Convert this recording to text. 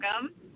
welcome